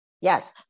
Yes